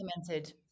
implemented